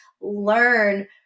learn